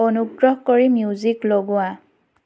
অনুগ্ৰহ কৰি মিউজিক লগোৱা